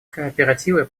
кооперативы